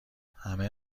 همه